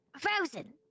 frozen